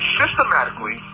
systematically